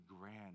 grand